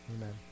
amen